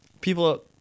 People